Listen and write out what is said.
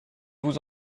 vous